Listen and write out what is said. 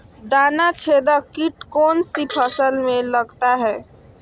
तनाछेदक किट कौन सी फसल में लगता है?